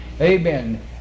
Amen